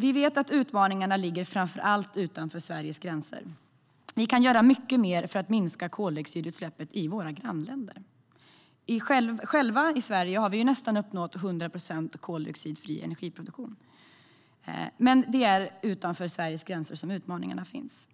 Vi vet att utmaningarna framför allt ligger utanför Sveriges gränser. Vi kan göra mycket mer för att minska koldioxidutsläppen i våra grannländer. I Sverige har vi nästan uppnått 100 procent koldioxidfri energiproduktion, men det är utanför Sveriges gränser som utmaningarna finns.